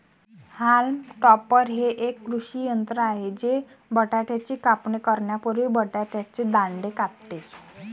haulm topper हे एक कृषी यंत्र आहे जे बटाट्याची कापणी करण्यापूर्वी बटाट्याचे दांडे कापते